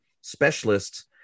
specialists